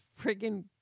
friggin